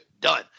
done